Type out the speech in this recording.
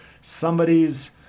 Somebody's